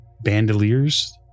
bandoliers